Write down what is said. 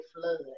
flood